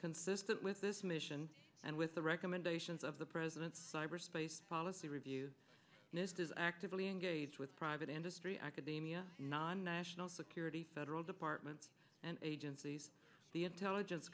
consistent with this mission and with the recommendations of the president's cyberspace policy review this is actively engaged with private industry academia non national security all departments and agencies the intelligence